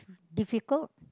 difficult